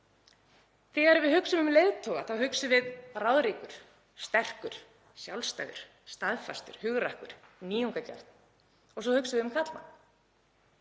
Þegar við hugsum um leiðtoga þá hugsum við: Ráðríkur, sterkur, sjálfstæður, staðfastur, hugrakkur, nýjungagjarn, og svo hugsum við um karlmann.